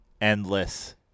endless